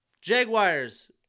Jaguars